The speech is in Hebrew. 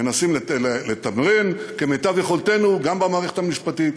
מנסים לתמרן כמיטב יכולתנו גם במערכת המשפטית,